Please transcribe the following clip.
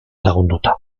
lagunduta